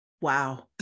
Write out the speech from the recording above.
wow